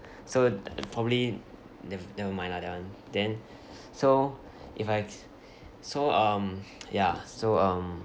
so the probably never never mind lah that one then so if I so um ya so um